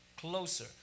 closer